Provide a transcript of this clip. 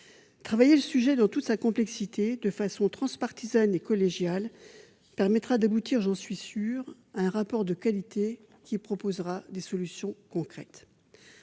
Travailler sur ce sujet dans toute sa complexité, de façon transpartisane et collégiale, permettra d'aboutir, j'en suis sûre, à un rapport de qualité qui proposera des solutions concrètes.